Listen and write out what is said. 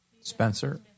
Spencer